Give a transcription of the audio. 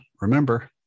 Remember